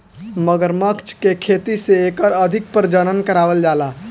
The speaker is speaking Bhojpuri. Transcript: मगरमच्छ के खेती से एकर अधिक प्रजनन करावल जाला